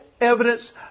evidence